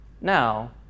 Now